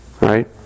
Right